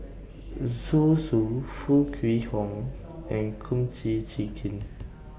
Zhu Xu Foo Kwee Horng and Kum Chee Kin